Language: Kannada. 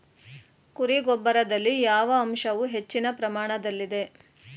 ಕುರಿ ಗೊಬ್ಬರದಲ್ಲಿ ಯಾವ ಅಂಶವು ಹೆಚ್ಚಿನ ಪ್ರಮಾಣದಲ್ಲಿದೆ?